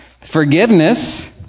Forgiveness